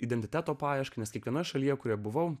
identiteto paieška nes kiekviena šalyje kurią buvau